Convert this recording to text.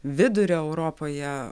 vidurio europoje